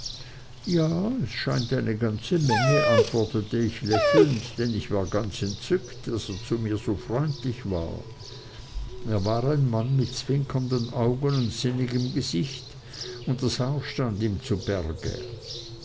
ja es scheint eine ganze menge antwortete ich lächelnd denn ich war ganz entzückt daß er zu mir so freundlich war er war ein mann mit zwinkernden augen und sinnigem gesicht und das haar stand ihm zu berge